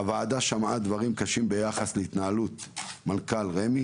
הוועדה שמעה דברים קשים ביחס להתנהלות מנכ"ל רמ"י